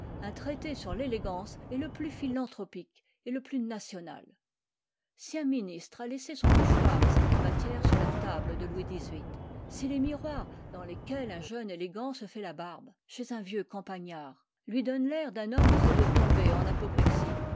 un traité sur l'élégance est le plus philanthropique et le plus national si un ministre a laissé son mouchoir et sa tabatière sur la table de louis xviii si les miroirs dans lesquels un jeune élégant se fait la barbe chez un vieux campagnard lui donnent l'air d'un homme près de tomber en apoplexie